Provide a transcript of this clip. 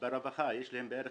ברווחה יש להם בערך